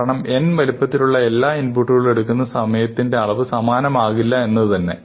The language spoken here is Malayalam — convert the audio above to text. കാരണം n വലുപ്പത്തിലുള്ള എല്ലാ ഇൻപുട്ടുകളും എടുക്കുന്ന സമയത്തിന്റെ അളവ് സമാനമാകില്ല എന്നത് തന്നെ